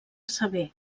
sever